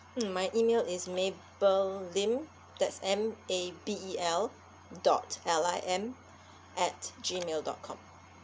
mm my email is mabel lim that's M A B E L dot L I M at gmail dot com